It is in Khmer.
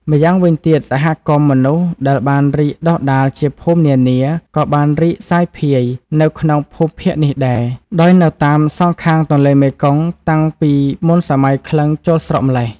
ម្យ៉ាងវិញទៀត សហគមន៍មនុស្សដែលបានរីកដុះដាលជាភូមិនានា ក៏បានរីកសាយភាយនៅក្នុងភូមិភាគនេះដែរ ដោយនៅតាមសងខាងទន្លេមេគង្គ តាំងតែពីមុនសម័យក្លិង្គចូលស្រុកម្ល៉េះ។